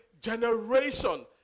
generation